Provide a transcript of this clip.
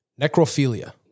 Necrophilia